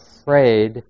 afraid